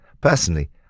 Personally